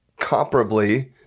comparably